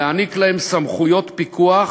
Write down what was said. להעניק להם סמכויות פיקוח